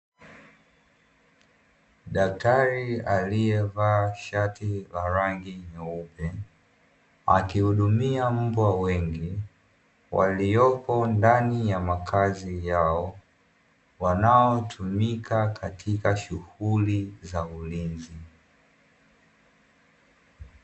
Daktari aliyevaa shati la rangi nyeupe akihudumia mbwa wengi waliopo ndani ya makazi yao, wanaotumika katika shughuli za ulinzi.